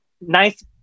nice